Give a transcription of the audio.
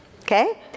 okay